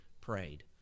prayed